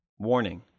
warning